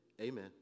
Amen